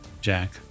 Jack